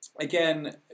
again